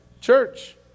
church